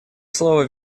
слово